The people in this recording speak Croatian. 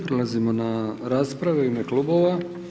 Prelazimo na rasprave u ime klubova.